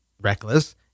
reckless